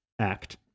act